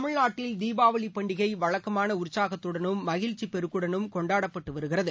தமிழ்நாட்டில் தீபாவளி பண்டிகை வழக்கமான உற்சாகத்தடனும் மகிழ்ச்சிப் பெருக்குடனும் கொண்டாடப்பட்டு வருகிறது